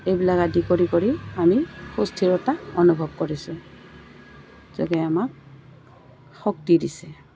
এইবিলাক আদি কৰি কৰি আমি সুস্থিৰতা অনুভৱ কৰিছোঁ যোগে আমাক শক্তি দিছে